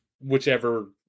whichever